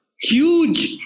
huge